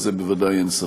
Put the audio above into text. בזה בוודאי אין ספק.